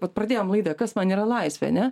vat pradėjom laidą kas man yra laisvė ar ne